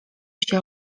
się